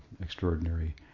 extraordinary